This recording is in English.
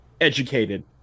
educated